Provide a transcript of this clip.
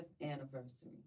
anniversary